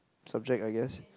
subject I guess